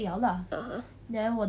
(uh huh)